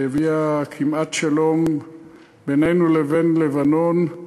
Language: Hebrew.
שהביאה כמעט שלום בינינו לבין לבנון,